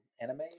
anime